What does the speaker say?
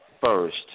first